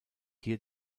hier